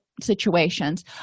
situations